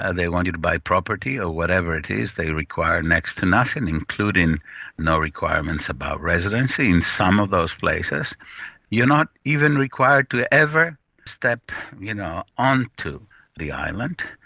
and they want you to buy property or whatever it is. they require next to nothing, including no requirements about residency. in some of those places you're not even required to ever step you know onto the island,